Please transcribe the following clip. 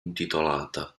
intitolata